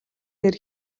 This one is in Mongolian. дээр